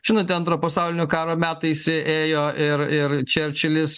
žinote antro pasaulinio karo metais ėjo ir ir čerčilis